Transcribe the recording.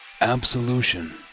Absolution